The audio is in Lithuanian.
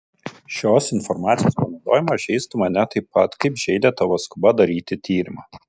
šios informacijos panaudojimas žeistų mane taip pat kaip žeidė tavo skuba daryti tyrimą